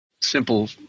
simple